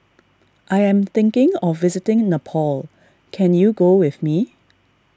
I am thinking of visiting Nepal can you go with me